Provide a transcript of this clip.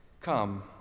come